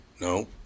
No